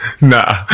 Nah